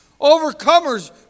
Overcomers